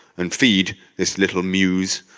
and feed this little muse.